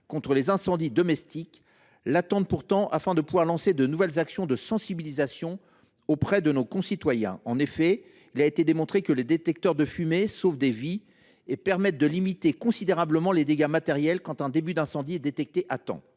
contre les incendies domestiques l’attendent pourtant, afin de pouvoir lancer de nouvelles actions de sensibilisation auprès de nos concitoyens. En effet, il a été démontré que les détecteurs de fumée sauvent des vies et permettent de limiter considérablement les dégâts matériels quand un début d’incendie est détecté à temps.